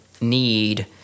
need